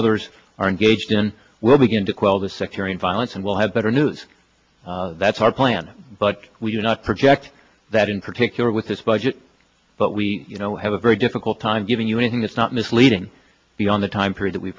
others are engaged in will begin to quell the sectarian violence and we'll have better news that's our plan but we do not project that in particular with this budget but we you know have a very difficult time giving you anything that's not misleading beyond the time period that we